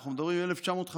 ואנחנו מדברים על 1953,